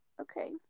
Okay